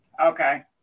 Okay